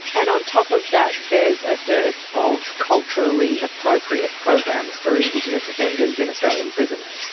and on top of that there is a dearth of culturally appropriate programs for indigenous offenders in australian prisons.